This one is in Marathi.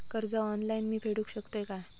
कर्ज ऑनलाइन मी फेडूक शकतय काय?